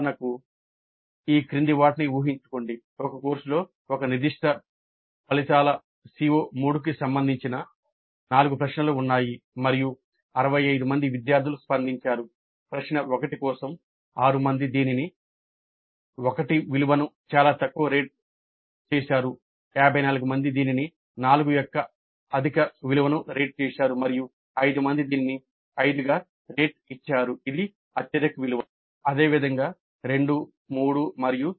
ఉదాహరణకు ఈ క్రింది వాటిని ఊహించుకోండి ఒక కోర్సులో ఒక నిర్దిష్ట ఫలితాల CO3 కి సంబంధించిన నాలుగు ప్రశ్నలు ఉన్నాయి మరియు 65 మంది విద్యార్థులు స్పందించారు ప్రశ్న 1 కోసం 6 మంది దీనిని 1 విలువను చాలా తక్కువ రేట్ చేసారు 54 మంది దీనిని 4 యొక్క అధిక విలువను రేట్ ఇచ్చారు మరియు 5 మంది దానిని 5 గా రేట్ఇచ్చారు ఇది అత్యధిక విలువ